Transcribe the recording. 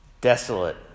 desolate